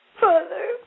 Father